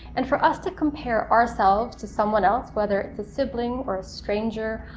and for us to compare ourselves to someone else, whether it's a sibling, or a stranger,